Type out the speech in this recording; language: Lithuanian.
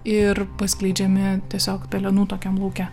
ir paskleidžiami tiesiog pelenų tokiam lauke